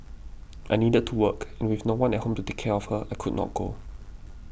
I needed to work and with no one at home to take care of her I could not go